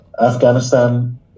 Afghanistan